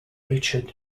richard